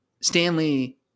Stanley